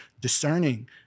discerning